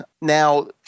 now